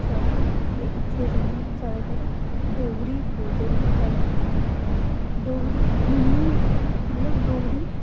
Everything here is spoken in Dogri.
इत्थै आह्गे ओ ते इत्थै तुसें गी जैदातर डोगरी बोलदे लोग गै लब्भने डोगरी इन्नी मतलब डोगरी